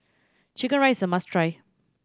chicken rice is a must try